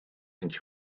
and